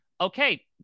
okay